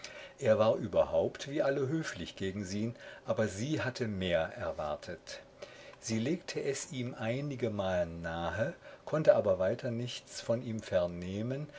er war überhaupt wie alle höflich gegen sie aber sie hatte mehr erwartet sie legte es ihm einigemal nahe konnte aber weiter nichts von ihm